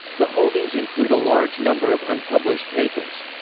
the holdings include a large number of unpublished papers.